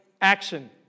action